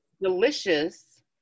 delicious